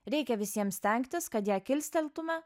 reikia visiems stengtis kad ją kilsteltume